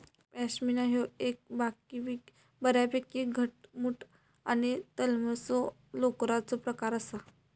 पश्मीना ह्यो एक बऱ्यापैकी घटमुट आणि तलमसो लोकरीचो प्रकार आसा